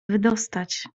wydostać